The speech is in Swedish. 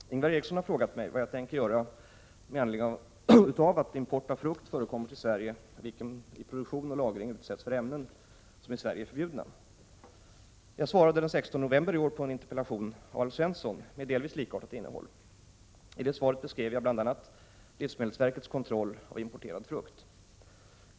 Herr talman! Ingvar Eriksson har frågat mig vad jag tänker göra med anledning av att import av frukt förekommer till Sverige, vilken i produktion och lagring utsätts för ämnen som i Sverige är förbjudna. Jag svarade den 16 november i år på en interpellation av Alf Svensson med delvis likartat innehåll. I det svaret beskrev jag bl.a. livsmedelsverkets kontroll av importerad frukt.